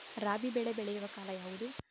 ರಾಬಿ ಬೆಳೆ ಬೆಳೆಯುವ ಕಾಲ ಯಾವುದು?